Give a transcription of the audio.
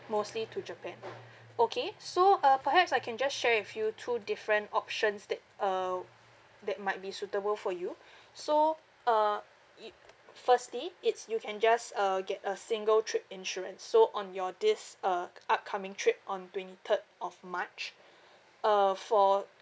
mostly to japan okay so uh perhaps I can just share with you two different options that uh that might be suitable for you so uh it firstly it's you can just uh get a single trip insurance so on your this uh upcoming trip on twenty third of march uh for